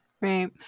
Right